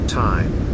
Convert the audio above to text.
time